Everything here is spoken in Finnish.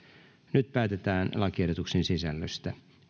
nyt päätetään lakiehdotuksen sisällöstä